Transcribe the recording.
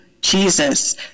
Jesus